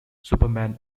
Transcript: superman